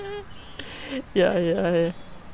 ya ya ya